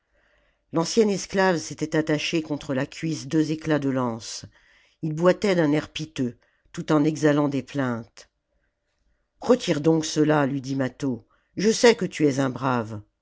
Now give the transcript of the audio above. l'ancien esclave s'était attaché contre la cuisse deux éclats de lance il boitait d'un air piteux tout en exhalant des plaintes retire donc cela lui dit mâtho je sais que tu es un brave